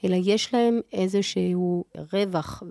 אלא יש להם איזשהו רווח.